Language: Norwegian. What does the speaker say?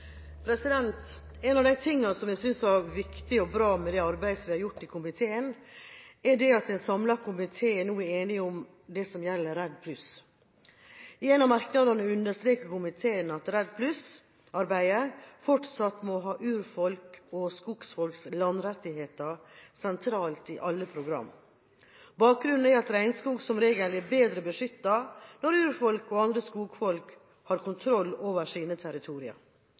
viktig og bra med det arbeidet vi har gjort i komiteen, er at en samlet komite nå er enige om det som gjelder REDD+. I en av merknadene understreker komiteen at REDD+-arbeidet fortsatt må ha urfolks og skogfolks landrettigheter sentralt i alle program. Bakgrunnen er at regnskog som regel er bedre beskyttet når urfolk og andre skogfolk har kontroll over sine territorier.